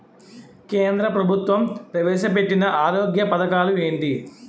కేంద్ర ప్రభుత్వం ప్రవేశ పెట్టిన ఆరోగ్య పథకాలు ఎంటి?